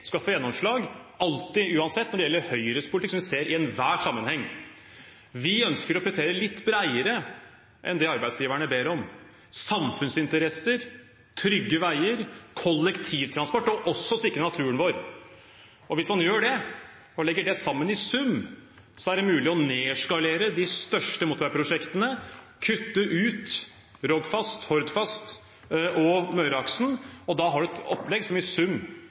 skal få gjennomslag når det gjelder Høyres politikk, som vi ser i enhver sammenheng. Vi ønsker å prioritere litt bredere enn det arbeidsgiverne ber om: samfunnsinteresser, trygge veier, kollektivtransport og også å sikre naturen vår. Hvis man gjør det og legger det sammen i sum, er det mulig å nedskalere de største motorveiprosjektene og kutte ut Rogfast, Hordfast og Møreaksen, og da har man et opplegg som i sum